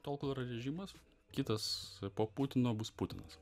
tol kol yra režimas kitas po putino bus putinas